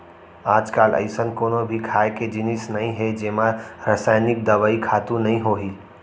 आजकाल अइसन कोनो भी खाए के जिनिस नइ हे जेमा रसइनिक दवई, खातू नइ होही